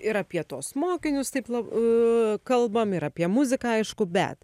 ir apie tuos mokinius taip lab kalbam ir apie muziką aišku bet